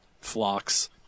flocks